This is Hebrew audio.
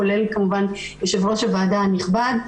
כולל יושב ראש הוועדה הנכבד.